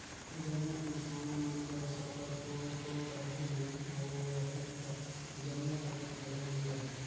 जम्मो किसान मन जग सरलग बोर तो रहें नई अउ रहेल त जम्मो कती घलो नी रहे